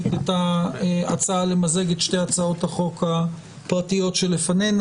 את ההצעה למזג את שתי הצעות החוק הפרטיות שלפנינו.